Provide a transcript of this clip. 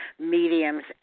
mediums